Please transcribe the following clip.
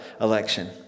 election